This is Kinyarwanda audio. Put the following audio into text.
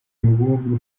mubumbe